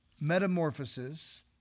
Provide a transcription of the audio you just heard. metamorphosis